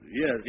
Yes